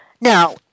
Now